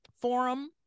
forum